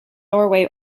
norway